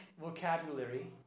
vocabulary